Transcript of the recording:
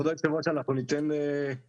כבוד יושב הראש, אנחנו ניתן דוגמה.